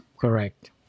Correct